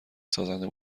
سازنده